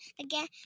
again